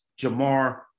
Jamar